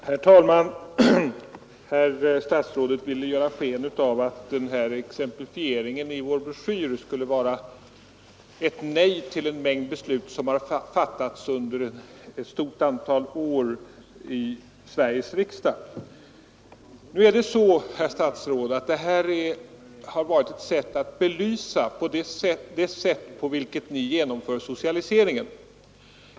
Herr talman! Statsrådet ville ge sken av att exemplifieringen i vår broschyr skulle innebära ett nej till en mängd beslut som fattats i Sveriges riksdag under ett stort antal år. Nu är det så, herr statsråd, att detta varit ett sätt att belysa hur ni genomför socialiseringen.